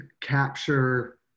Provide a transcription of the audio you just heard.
capture